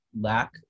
lack